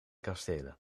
kastelen